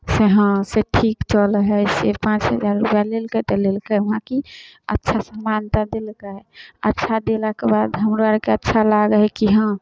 से हँ से ठीक चलै हइ से पाँच हजार रुपैआ लेलकै तऽ लेलकै वहाँ कि अच्छा सामान तऽ देलकै अच्छा देलाके बाद हमरो आरके अच्छा लागै हइ कि हँ